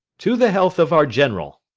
to the health of our general!